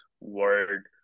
word